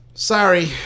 Sorry